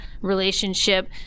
relationship